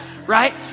Right